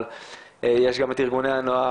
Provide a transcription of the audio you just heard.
אבל יש גם את ארגוני הנוער,